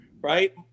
right